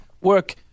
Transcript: work